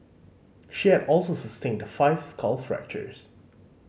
she had also sustained five skull fractures